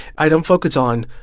i don't focus on